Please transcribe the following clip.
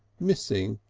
missing,